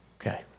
Okay